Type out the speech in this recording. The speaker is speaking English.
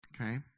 Okay